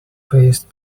paste